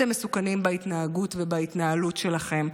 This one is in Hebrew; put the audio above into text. אתם מסוכנים בהתנהגות ובהתנהלות שלכם,